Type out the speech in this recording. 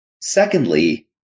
Secondly